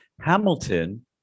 Hamilton